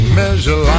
measure